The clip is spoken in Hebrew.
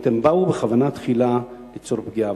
זאת אומרת, הם באו בכוונה תחילה ליצור פגיעה.